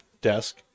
desk